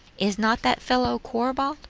is not that fellow corbould,